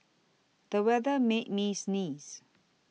the weather made me sneeze